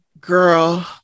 girl